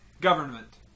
Government